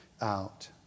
out